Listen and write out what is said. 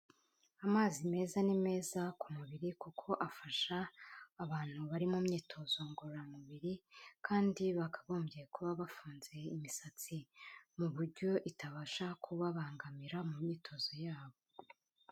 Amazi meza ni meza ku mubiri kuko afasha abantu bari mu myitozo ngororamubiri kandi bakagombye kuba bafunze imisatsi mu buryo itabasha kubabangamira mu myitozo yabo.